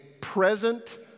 present